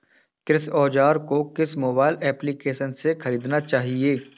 कृषि औज़ार को किस मोबाइल एप्पलीकेशन से ख़रीदना चाहिए?